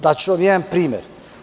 Daću vam jedan primer.